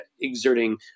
exerting